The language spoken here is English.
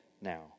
now